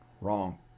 Wrong